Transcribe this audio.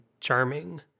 charming